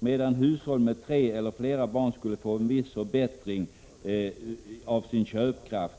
medan hushåll med tre eller flera barn skulle få en viss förbättring av sin köpkraft.